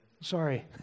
Sorry